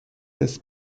his